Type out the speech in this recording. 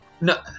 No